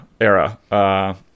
era